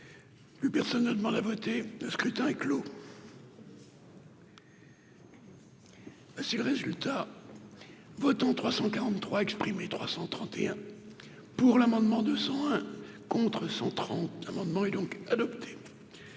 Plus personne ne demande à voter, le scrutin est clos. Si le résultat votants 343 331 pour l'amendement 200 Un contre 130 amendement et donc adopté,